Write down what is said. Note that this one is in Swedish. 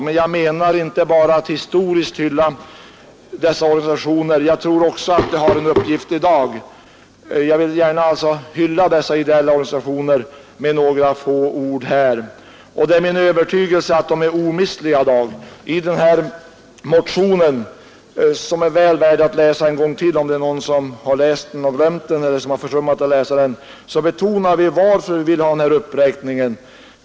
Men jag vill inte bara rent historiskt hylla dessa organisationer, utan jag tror också att de har en uppgift att fylla i dag. Jag har därför gärna velat hylla dessa ideella organisationer med några få ord här. Det är min övertygelse att de är omistliga i dagens läge. I motionen — som är väl värd att läsa en gång till, om det är någon som förut har läst den men glömt den eller om det finns någon som har försummat att läsa den — betonas varför vi vill ha den här uppräkningen av anslaget.